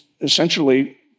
essentially